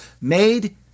made